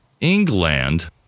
England